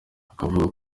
akavuga